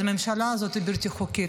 אז הממשלה הזאת היא בלתי חוקית.